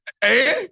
Hey